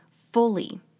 Fully